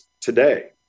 today